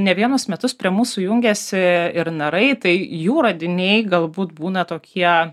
ne vienus metus prie mūsų jungiasi ir narai tai jų radiniai galbūt būna tokie